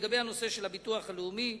לגבי הנושא של הביטוח הלאומי,